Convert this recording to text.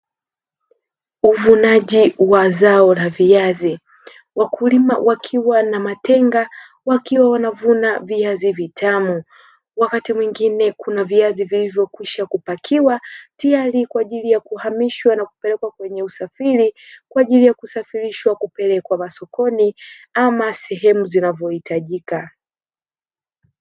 Uvunaji wa zao la viazi wakulima wakiwa na matenga, wakiwa wanavuna viazi vitamu, wakati mwingine kuna viazi vilivyokwisha kupakiwa tayari kwa ajili ya kuhamishwa kupelekwa kwenye usafiri kwa ajili ya kusafirishwa kupelekwa masokoni, ama sehemu zinazohitajika.